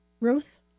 Ruth